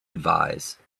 advise